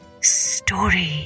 story